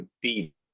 beat